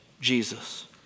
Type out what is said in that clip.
Jesus